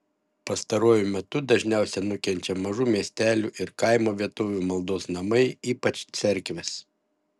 pastaruoju metu dažniausia nukenčia mažų miestelių ir kaimo vietovių maldos namai ypač cerkvės